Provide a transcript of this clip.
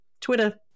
Twitter